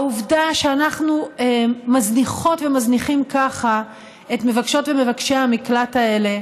העובדה שאנחנו מזניחות ומזניחים ככה את מבקשות ומבקשי המקלט האלה